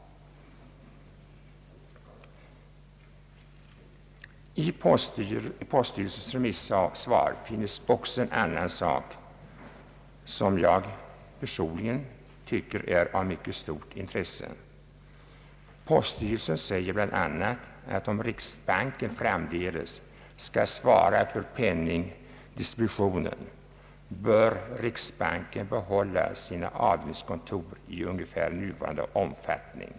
I poststyrelsens remissvar finns också en annan sak, som jag tycker är av stort intresse. Poststyrelsen säger bl.a., att om riksbanken framdeles skall svara för penningdistributionen, bör riksbanken behålla sina avdelningskontor i ungefär nuvarande omfattning.